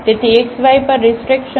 તેથીxy પર રીસ્ટ્રેકશન છે